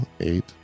eight